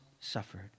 suffered